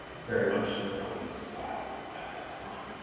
very much coming into style at that time.